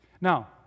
Now